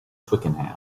twickenham